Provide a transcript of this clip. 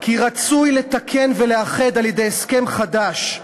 כי רצוי, לתקן ולאחד, על-ידי הסכם חדש,